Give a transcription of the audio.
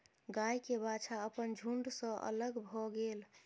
गाय के बाछा अपन झुण्ड सॅ अलग भअ गेल